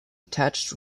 attached